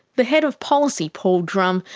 the head of policy, paul drum,